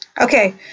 Okay